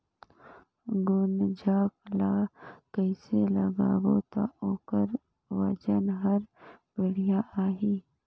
गुनजा ला कइसे लगाबो ता ओकर वजन हर बेडिया आही?